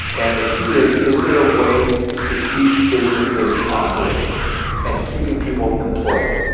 and the key is, is there a way to keep businesses operating and keeping people employed?